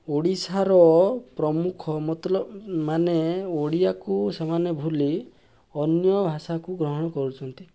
ଓଡ଼ିଶାର ପ୍ରମୁଖ ମତଲବ ମାନେ ଓଡ଼ିଆକୁ ସେମାନେ ଭୁଲି ଅନ୍ୟଭାଷାକୁ ଗ୍ରହଣ କରୁଛନ୍ତି